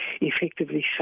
effectively